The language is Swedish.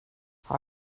har